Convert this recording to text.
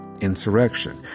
insurrection